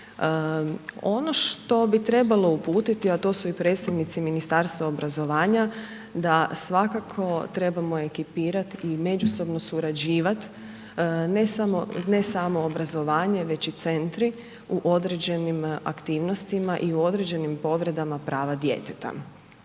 Ono što bi trebalo uputiti a tu su i predstavnici Ministarstva obrazovanja da svakako trebamo ekipirati i međusobno surađivat ne samo obrazovanje već i centri u određenim aktivnostima i u određenim povredama prava djeteta.